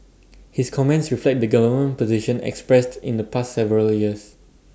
his comments reflect the government position expressed in the past several years